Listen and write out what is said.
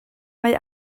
mae